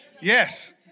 Yes